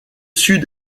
sud